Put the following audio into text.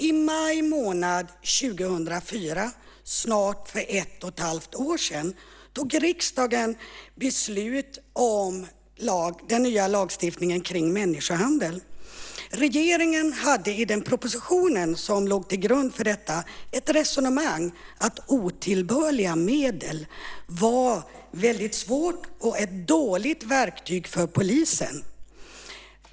I maj månad 2004, för snart ett och ett halvt år sedan, fattade riksdagen beslut om den nya lagstiftningen kring människohandel. Regeringen hade i den proposition som låg till grund för beslutet ett resonemang om att begreppet "otillbörliga medel" var svårt och ett dåligt verktyg för polisen.